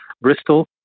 Bristol